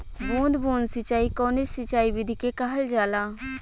बूंद बूंद सिंचाई कवने सिंचाई विधि के कहल जाला?